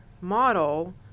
model